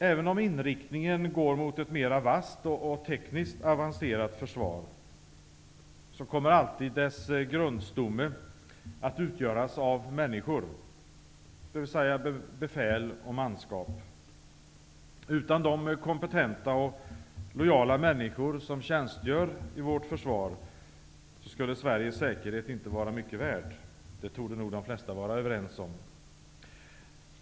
Även om inriktningen går mot ett mera vasst och tekniskt avancerat försvar, kommer alltid dess grundstomme att utgöras av människor, dvs. befäl och manskap. Utan de kompetenta och lojala människor som tjänstgör i vårt försvar, skulle Sveriges säkerhet inte vara mycket värd. Det torde de flesta vara överens om.